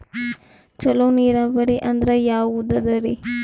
ಚಲೋ ನೀರಾವರಿ ಅಂದ್ರ ಯಾವದದರಿ?